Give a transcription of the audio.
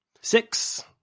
six